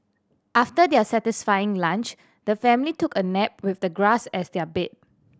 after their satisfying lunch the family took a nap with the grass as their bed